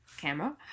Camera